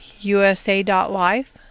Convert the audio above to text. USA.life